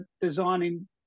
designing